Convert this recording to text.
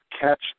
catch